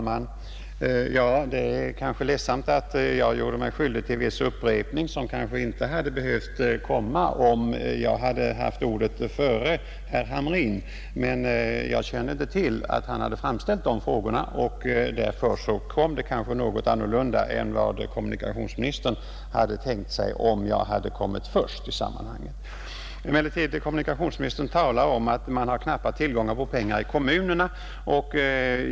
platser som Fru talman! Det är ledsamt att jag gjorde mig skyldig till viss AWändsi den upprepning. Den hade kanske inte behövt förekomma, om jag hade haft ”eguljära civila ordet före herr Hamrin. Men jag kände inte till att han hade framställt de luftfarten här frågorna, och därför blev väl mitt inlägg något annorlunda än vad kommunikationsministern hade kunnat vänta sig, om jag hade kommit först i sammanhanget. Kommunikationsministern talar om att man har knappa tillgångar på pengar i kommunerna.